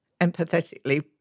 empathetically